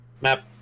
map